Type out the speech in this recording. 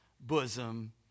bosom